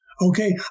Okay